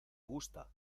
gusta